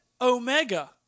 Omega